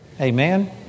Amen